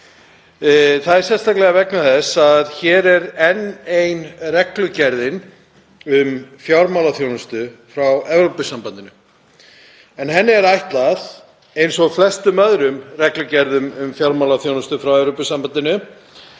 Það er sérstaklega vegna þess að hér er enn ein reglugerðin um fjármálaþjónustu frá Evrópusambandinu. Henni er ætlað, eins og flestum öðrum reglugerðum um fjármálaþjónustu frá Evrópusambandinu,